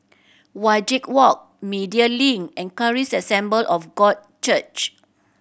Wajek Walk Media Link and Charis Assembly of God Church